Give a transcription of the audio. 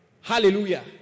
Hallelujah